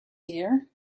dear